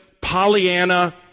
Pollyanna